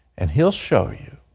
and he'll show you.